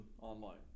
online